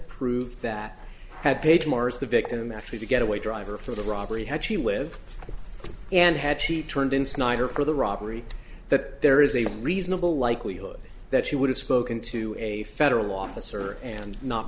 prove that had paid mars the victim actually the getaway driver for the robbery had she lived and had she turned in snyder for the robbery that there is a reasonable likelihood that she would have spoken to a federal officer and not